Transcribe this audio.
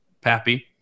Pappy